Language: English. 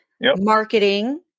marketing